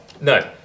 no